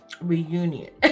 reunion